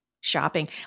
shopping